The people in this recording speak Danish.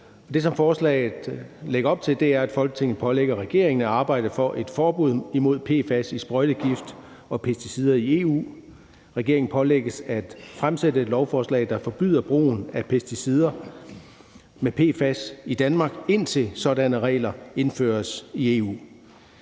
Det, som forslaget lægger op til, er, at Folketinget pålægger regeringen at arbejde for et forbud mod PFAS i sprøjtegift og pesticider i EU. Regeringen pålægges at fremsætte et lovforslag, der forbyder brugen af pesticider med PFAS i Danmark, indtil sådanne regler indføres i EU.